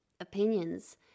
opinions